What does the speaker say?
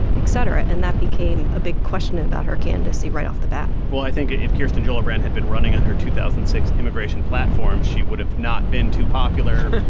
et cetera? and that became a big question about her candidacy right off the bat well, i think if kirsten gillibrand had been running on her two thousand and six immigration platform, she would have not been too popular.